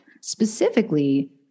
specifically